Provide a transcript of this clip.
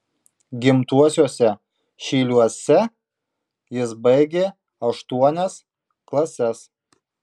gimtuosiuose šyliuose jis baigė aštuonias klases